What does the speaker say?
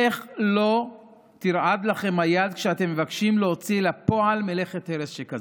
איך לא תרעד לכם היד כשאתם מבקשים להוציא לפועל מלאכת הרס שכזו?